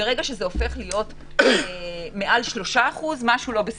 כשזה הופך להיות מעל 3%, משהו לא בסדר.